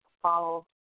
follow